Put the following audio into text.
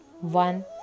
one